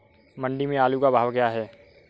मंडी में आलू का भाव क्या है?